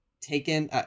taken